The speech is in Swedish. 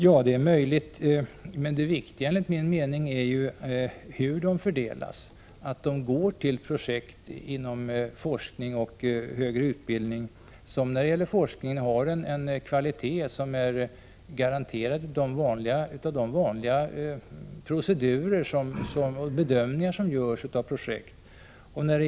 Ja, det är möjligt, men enligt min mening är det viktigt hur fördelningen sker, att medlen går till projekt inom forskning och högre utbildning som när det gäller forskning har en kvalitet som är garanterad av de vanliga bedömningarna vid olika projekt.